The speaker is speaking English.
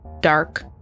dark